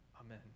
Amen